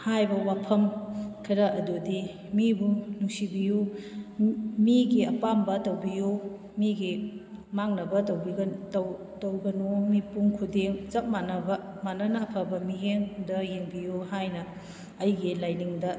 ꯍꯥꯏꯕ ꯋꯥꯐꯝ ꯈꯔ ꯑꯗꯨꯗꯤ ꯃꯤꯕꯨ ꯅꯨꯡꯁꯤꯕꯤꯌꯨ ꯃꯤꯒꯤ ꯑꯄꯥꯝꯕ ꯇꯧꯕꯤꯌꯨ ꯃꯤꯒꯤ ꯃꯥꯡꯅꯕ ꯇꯧꯕꯤꯒꯅꯨ ꯇꯧ ꯇꯧꯒꯅꯨ ꯃꯤꯄꯨꯡ ꯈꯨꯗꯤꯡ ꯆꯞ ꯃꯥꯟꯅꯕ ꯃꯥꯟꯅꯅ ꯑꯐꯕ ꯃꯤꯠꯌꯦꯡꯗ ꯌꯦꯡꯕꯤꯌꯨ ꯍꯥꯏꯅ ꯑꯩꯒꯤ ꯂꯥꯏꯅꯤꯡꯗ